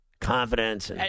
confidence